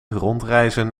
rondreizen